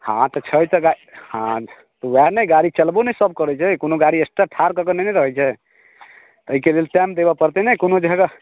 हँ तऽ छै तऽ गाड़ी हँ वैह न गाड़ी चलबो न सब करय छै कोनो गाड़ी एक्स्ट्रा ठाड़ नै न रहय छै अयके लेल टाइम देबऽ परते न कोनो जगह